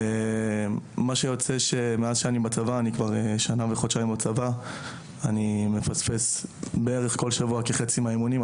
יוצא שמאז שאני בצבא אני מפספס כל שבוע כחצי מהאימונים.